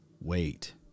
Wait